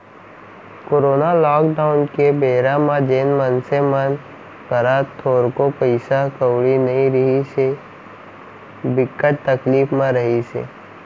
corona lockdown के बेरा म जेन मनसे मन करा थोरको पइसा कउड़ी नइ रिहिस हे, बिकट तकलीफ म रिहिस हे